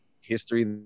history